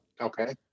Okay